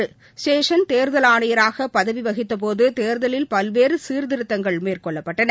திரு சேஷன் தேர்தல் ஆணையராக பதவி வகித்தபோது தேர்தலில் பல்வேறு தேர்தல் சீர்திருத்தங்கள் மேற்கொள்ளப்பட்டன